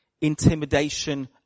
intimidation